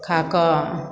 खाकऽ